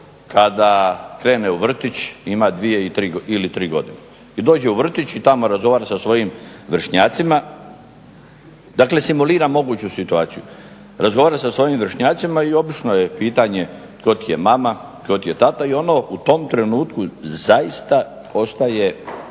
kada krene u vrtić, ima dvije ili tri godine i dođe u vrtić i tamo razgovara sa svojim vršnjacima, da simulira moguću situaciju, razgovara sa svojim vršnjacima i obično je pitanje tko ti je mama i ono u tom trenutku zaista postaje